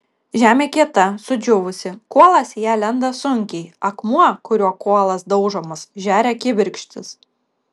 žemė kieta sudžiūvusi kuolas į ją lenda sunkiai akmuo kuriuo kuolas daužomas žeria kibirkštis